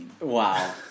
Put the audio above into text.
Wow